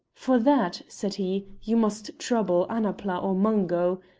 for that, said he, you must trouble annapla or mungo.